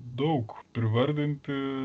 daug privardinti